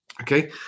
Okay